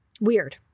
Weird